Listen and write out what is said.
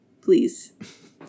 Please